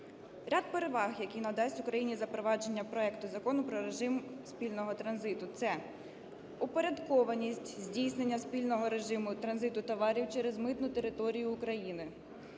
Ряд переваг, які надасть Україні запровадження проекту Закону про режим спільного транзиту, це: упорядкованість здійснення спільного режиму транзиту товарів через митну територію України,